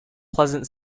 pleasant